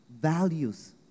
values